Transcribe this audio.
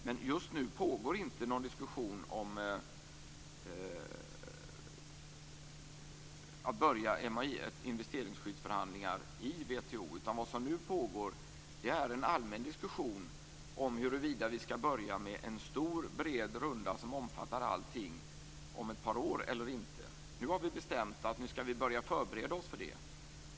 Men just nu pågår inte någon diskussion om att börja investeringsskyddsförhandlingar i WTO, utan vad som just nu pågår är en allmän diskussion om huruvida vi om ett par år skall börja med en stor och bred runda, som omfattar allting, eller om vi inte skall det. Vi har nu bestämt att vi skall börja förbereda oss för det.